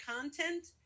content